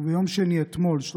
ביום שני, אתמול,